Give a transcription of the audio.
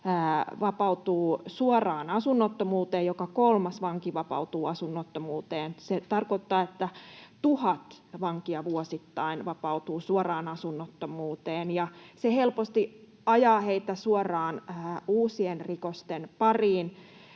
vapautuu suoraan asunnottomuuteen: joka kolmas vanki vapautuu asunnottomuuteen. Se tarkoittaa, että tuhat vankia vuosittain vapautuu suoraan asunnottomuuteen. Se helposti ajaa heitä suoraan uusien rikosten pariin.